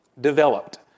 developed